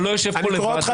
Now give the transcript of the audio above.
אתה לא יושב פה לבד.